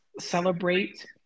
celebrate